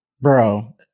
Bro